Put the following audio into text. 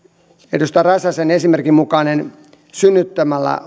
edustaja räsäsen esimerkin mukainen raskaudenkeskeytys synnyttämällä